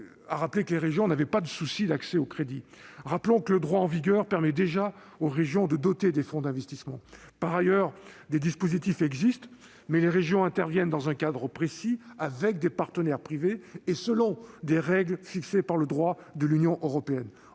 d'équipement. Or les régions n'ont pas de difficulté pour accéder au crédit. Rappelons aussi que le droit en vigueur permet déjà aux régions de doter des fonds d'investissement. Des dispositifs existent, dans lesquels les régions interviennent dans un cadre précis, avec des partenaires privés et selon des règles fixées par le droit de l'Union européenne.